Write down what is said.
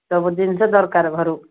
ସବୁ ଜିନିଷ ଦରକାର ଘରୁ